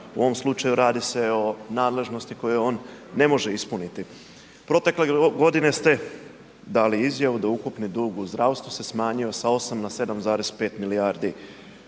u ovom slučaju radi se o nadležnosti koju on ne može ispuniti. Protekle godine ste dali izjavu da ukupni dug u zdravstvu se smanjio sa 8 na 7,5 milijardi